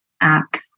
app